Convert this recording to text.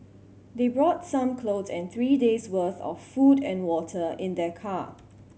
they brought some clothes and three days worth of food and water in their car